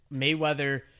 Mayweather